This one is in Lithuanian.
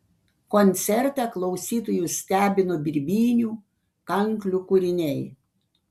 koncerte klausytojus stebino birbynių kanklių kūriniai